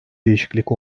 değişiklik